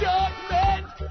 Judgment